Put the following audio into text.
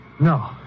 No